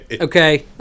Okay